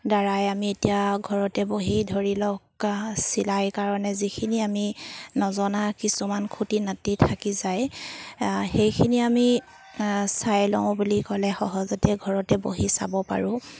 দ্বাৰাই আমি এতিয়া ঘৰতে বহি ধৰি লওক চিলাই কাৰণে যিখিনি আমি নজনা কিছুমান খুটি নাতি থাকি যায় সেইখিনি আমি চাই লওঁ বুলি ক'লে সহজতে ঘৰতে বহি চাব পাৰোঁ